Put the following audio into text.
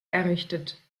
errichtet